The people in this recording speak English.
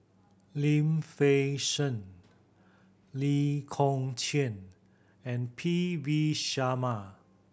Lim Fei Shen Lee Kong Chian and P V Sharma